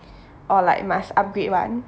or like must upgrade [one]